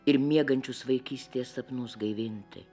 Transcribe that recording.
ir miegančius vaikystės sapnus gaivinti